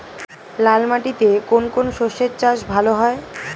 লাল মাটিতে কোন কোন শস্যের চাষ ভালো হয়?